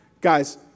guys